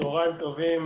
צוהריים טובים,